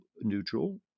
neutral